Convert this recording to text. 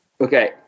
Okay